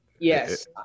Yes